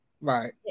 Right